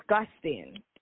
disgusting